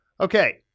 Okay